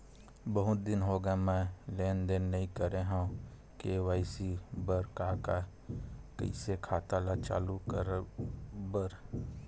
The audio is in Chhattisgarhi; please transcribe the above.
बहुत दिन हो गए मैं लेनदेन नई करे हाव के.वाई.सी बर का का कइसे खाता ला चालू करेबर?